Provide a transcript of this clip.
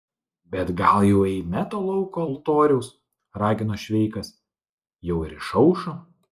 bet gal jau eime to lauko altoriaus ragino šveikas jau ir išaušo